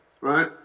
right